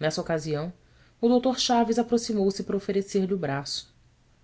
nessa ocasião o dr chaves aproximou-se para oferecer-lhe o braço